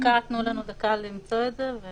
תנו לנו דקה למצוא את זה.